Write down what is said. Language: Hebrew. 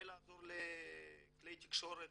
ולעזור לכלי תקשורת